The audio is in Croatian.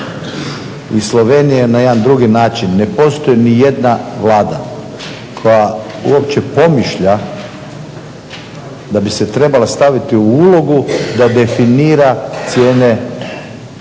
i Slovenije na jedan drugi način ne postoji nijedna vlada koja uopće pomišlja da bi se trebale staviti u ulogu da definira cijene